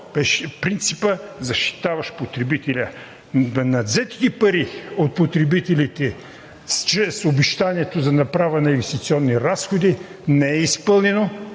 принципът, защитаващ потребителя – надвзетите пари от потребителите чрез обещанието за направа на инвестиционни разходи не е изпълнено,